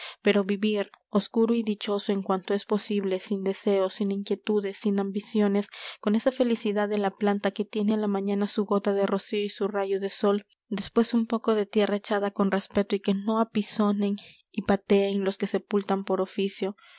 pero vivir oscuro y dichoso en cuanto es posible sin deseos sin inquietudes sin ambiciones con esa felicidad de la planta que tiene á la mañana su gota de rocío y su rayo de sol después un poco de tierra echada con respeto y que no apisonen y pateen los que sepultan por oficio